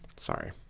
Sorry